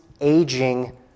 aging